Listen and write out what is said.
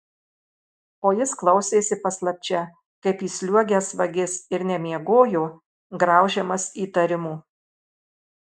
o jis klausėsi paslapčia kaip įsliuogęs vagis ir nemiegojo graužiamas įtarimų